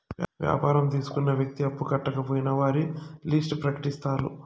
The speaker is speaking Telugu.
వ్యాపారం తీసుకున్న వ్యక్తి అప్పు కట్టకపోయినా వారి లిస్ట్ ప్రకటిత్తారు